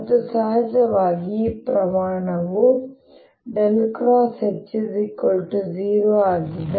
ಮತ್ತು ಸಹಜವಾಗಿ ಈ ಪ್ರಮಾಣವು H0 ಆಗಿದೆ